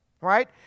right